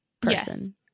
person